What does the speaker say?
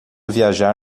viajar